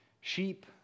Sheep